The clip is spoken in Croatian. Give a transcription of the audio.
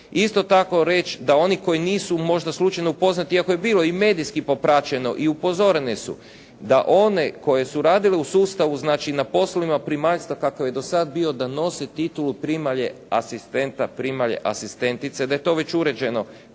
Isto tako reći da oni koji nisu možda slučajno upoznati, iako je bilo i medijski popraćeno i upozorene su da one koje su radile u sustavu na poslovima primaljstva kako je do sad bio da nose titulu primalje asistenta, primalje asistentice, da je to već uređeno